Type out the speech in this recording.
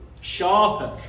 sharper